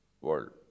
world